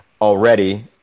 already